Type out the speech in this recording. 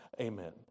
Amen